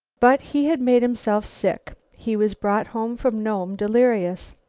but he had made himself sick. he was brought home from nome delirious.